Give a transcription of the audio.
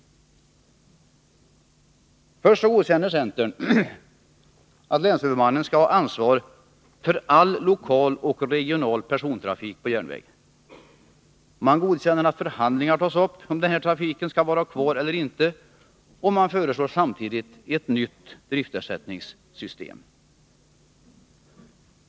Först godkänner centern att länshuvudmannen skall ta ansvar för all lokal och regional persontrafik på järnväg. Man godkänner att förhandlingar tas upp om huruvida denna trafik skall vara kvar eller inte, och man föreslår samtidigt ett nytt driftersättningssystem.